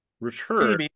return